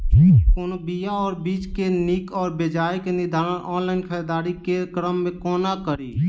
कोनों बीया वा बीज केँ नीक वा बेजाय केँ निर्धारण ऑनलाइन खरीददारी केँ क्रम मे कोना कड़ी?